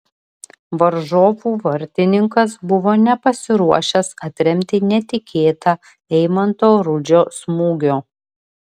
varžovų vartininkas buvo nepasiruošęs atremti netikėtą eimanto rudžio smūgio